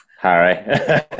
Harry